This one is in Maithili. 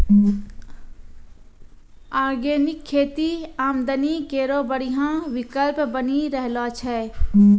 ऑर्गेनिक खेती आमदनी केरो बढ़िया विकल्प बनी रहलो छै